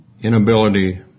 inability